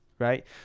Right